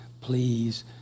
please